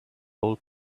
old